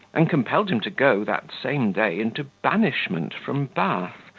and compelled him to go, that same day, into banishment from bath,